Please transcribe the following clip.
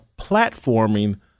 platforming